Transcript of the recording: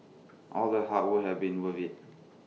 all the hard work had been worth IT